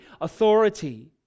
authority